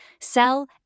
sell